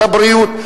הבריאות.